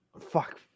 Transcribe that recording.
fuck